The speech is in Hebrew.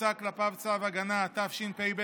שהוצא כלפיו צו הגנה), התשפ"ב